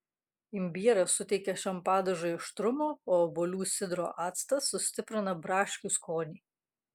imbieras suteikia šiam padažui aštrumo o obuolių sidro actas sustiprina braškių skonį